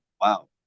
wow